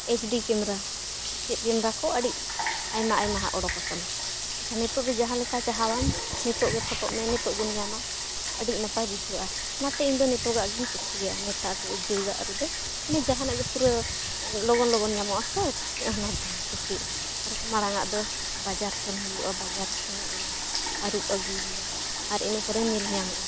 H D camera ᱪᱮᱫ camera ᱠᱚ ᱟᱹᱰᱤ ᱟᱭᱢᱟ ᱟᱭᱢᱟ ᱳᱰᱳᱠ ᱟᱠᱟᱱᱟ ᱮᱱᱠᱷᱟᱱ ᱱᱤᱛᱳᱜ ᱫᱚ ᱡᱟᱦᱟᱸ ᱞᱮᱠᱟ ᱪᱟᱦᱟᱣᱟᱢ ᱱᱤᱛᱳᱜ ᱜᱮ ᱯᱷᱳᱴᱳᱜ ᱢᱮ ᱱᱤᱛᱳᱜ ᱜᱮᱢ ᱧᱟᱢᱟ ᱟᱹᱰᱤ ᱱᱟᱯᱟᱭ ᱵᱩᱡᱷᱟᱹᱜᱼᱟ ᱚᱱᱟᱛᱮ ᱤᱧᱫᱚ ᱱᱤᱛᱳᱜᱟᱜ ᱜᱤᱧ ᱠᱩᱥᱤᱭᱟᱜᱼᱟ ᱱᱮᱛᱟᱨ ᱡᱩᱜᱟᱜ ᱨᱮᱫᱚ ᱢᱟᱱᱮ ᱡᱟᱦᱟᱱᱟᱜ ᱜᱮ ᱯᱩᱨᱟᱹ ᱞᱚᱜᱚᱱ ᱞᱚᱜᱚᱱ ᱧᱟᱢᱚᱜᱼᱟ ᱥᱮ ᱚᱱᱟᱛᱮ ᱠᱩᱥᱤᱭᱟᱜᱼᱟ ᱟᱨ ᱢᱟᱲᱟᱝᱟᱜ ᱫᱚ ᱵᱟᱡᱟᱨ ᱥᱮᱱ ᱦᱩᱭᱩᱜᱼᱟ ᱵᱟᱡᱟᱨ ᱥᱮᱱᱚᱜ ᱢᱮ ᱟᱹᱨᱩᱵ ᱟᱹᱜᱩᱭᱢᱮ ᱟᱨ ᱤᱱᱟᱹ ᱯᱚᱨᱮ ᱧᱮᱞ ᱧᱟᱢᱚᱜᱼᱟ